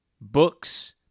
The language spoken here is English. books